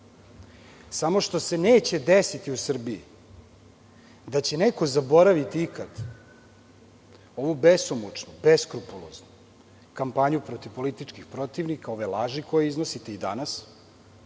samo što se neće desiti u Srbiji, da će neko zaboraviti ikada ovu besomučnu, beskrupuloznu kampanju protiv političkih protivnika, ove laži koje iznosite i danas,